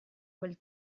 quel